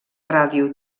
ràdio